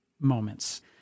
moments